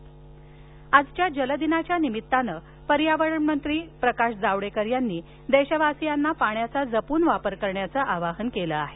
जावडेकर जल दिन आजच्या जलदिनाच्या निमित्तानं पर्यावरणमंत्री प्रकाश जावडेकर यांनी देशवासियांना पाण्याचा जपून वापर करण्याचं आवाहन केलं आहे